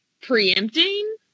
preempting